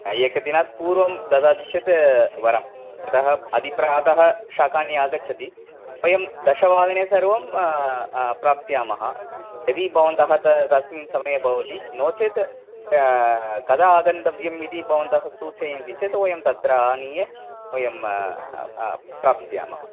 हा एकदिनात् पूर्वं ददाति चेत् वरं यतः अति प्रातः शाकानि आगच्छति वयं दशवादने सर्वं प्राप्स्यामः यदि भवन्तः तस्मिन् समये भवति नो चेत् कदा आगन्तव्यम् इति भवन्तः सूचयन्ति चेत् वयं तत्र आनीय वयं प्राप्स्यामः